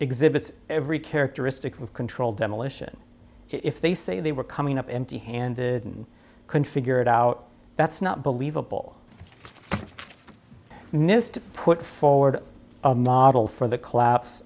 exhibits every characteristic of controlled demolition if they say they were coming up empty handed and can figure it out that's not believable nist put forward a model for the collapse